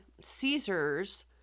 Caesars